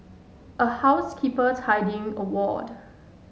a housekeeper tidying a ward